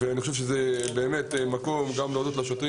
אני חושב שזה המקום להודות לשוטרים